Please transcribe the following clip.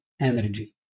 energy